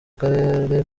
karere